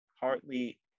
Hardly